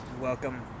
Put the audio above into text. Welcome